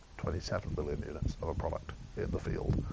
twenty seven million units of product in the field.